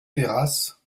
terrasse